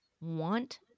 want